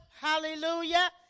hallelujah